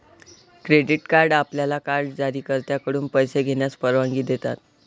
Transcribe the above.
credit card आपल्याला card जारीकर्त्याकडून पैसे घेण्यास परवानगी देतात